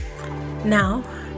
Now